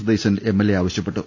Satheesan MLA ആവശൃപ്പെട്ടു